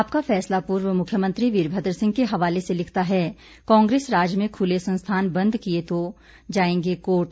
आपका फैसला पूर्व मुख्यमंत्री वीरभद्र सिंह के हवाले से लिखता है कांग्रेस राज में खुले संस्थान बंद किए तो जाएंगे कोर्ट